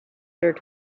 sure